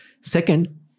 Second